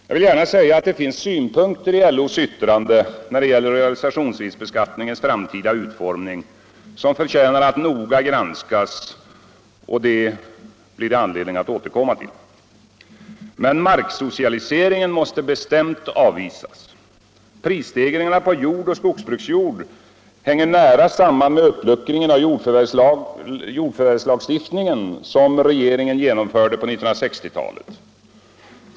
Jag vill gärna säga att det finns synpunkter i LO:s yttrande när det gäller realisationsvinstbeskattningens framtida utformning som förtjänar att noga granskas, och till detta blir det anledning att återkomma. Men marksocialiseringen måste bestämt avvisas. Prisstegringarna på jordoch skogsbruksjord hänger nära samman med uppluckringen av jordförvärvslagstiftningen som regeringen genomförde på 1960-talet.